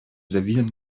servieren